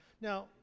Now